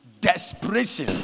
desperation